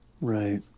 Right